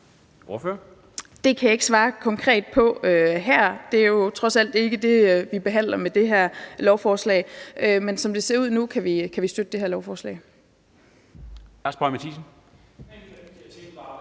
Det kan jeg ikke svare konkret på her. Det er jo trods alt ikke det, vi behandler med det her lovforslag. Men som det ser ud nu, kan vi støtte det her lovforslag.